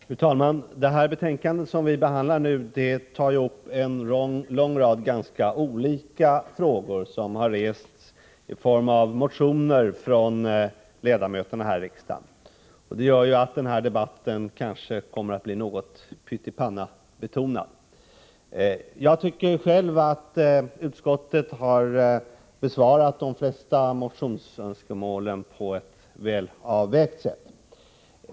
Fru talman! I det betänkande som vi behandlar nu tas det upp en lång rad ganska olika frågor som har rests i form av motioner från ledamöterna här i riksdagen. Det gör att den här debatten kanske kommer att bli något pytt-i-panna-betonad. Jag tycker själv att utskottet har besvarat de flesta motionsönskemålen på ett välavvägt sätt.